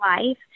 life